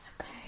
Okay